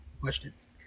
questions